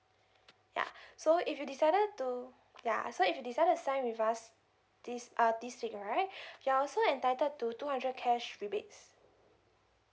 yeah so if you decided to yeah so if you decided to sign with us this uh this week right you are also entitled to two hundred cash rebates